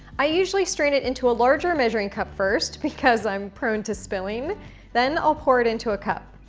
i usually strain it into a larger measuring cup first because i'm prone to spilling then i'll pour it into a cup.